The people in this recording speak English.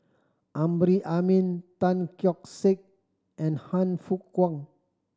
Amrin Amin Tan Keong Saik and Han Fook Kwang